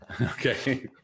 Okay